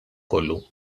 kollu